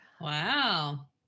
Wow